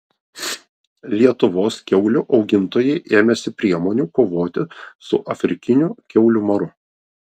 lietuvos kiaulių augintojai ėmėsi priemonių kovoti su afrikiniu kiaulių maru